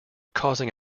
causing